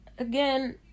Again